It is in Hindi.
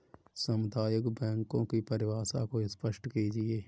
सामुदायिक बैंकों की परिभाषा को स्पष्ट कीजिए?